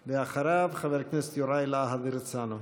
אחריו, חבר הכנסת יוראי להב הרצנו.